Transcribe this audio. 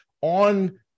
on